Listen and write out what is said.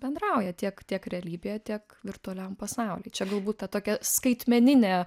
bendrauja tiek tiek realybėje tiek virtualiam pasauly čia galbūt ta tokia skaitmeninė